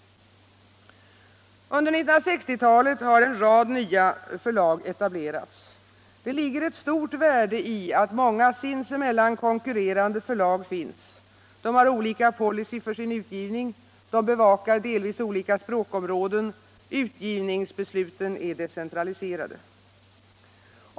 Under 1960-talet har en rad nya förlag etablerats. Det ligger ett stort värde i att många sinsemellan konkurrerande förlag finns: de har olika policy för sin utgivning, de bevakar delvis olika språkområden och utgivningsbesluten är decentraliserade.